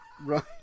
Right